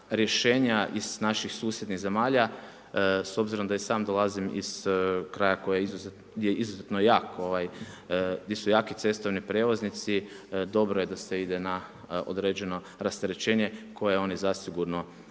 rješenja iz naših susjednih zemalja s obzirom da i sam dolazim iz kraja gdje je izuzetno jak, gdje su jaki cestovni prijevoznici, dobro je da se ide na određeno rasterećenje koje oni zasigurno trebaju